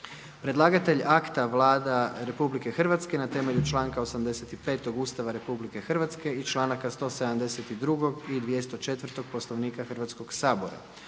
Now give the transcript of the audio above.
Predlagatelj akta je Vlada Republike Hrvatske na temelju članka 85. Ustava Republike Hrvatske i članaka 172. i 204. Poslovnika Hrvatskog sabora.